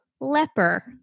Leper